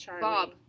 Bob